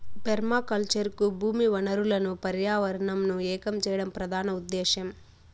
permaculture కు భూమి వనరులను పర్యావరణంను ఏకం చేయడం ప్రధాన ఉదేశ్యం